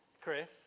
Chris